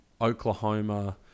Oklahoma